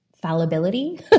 fallibility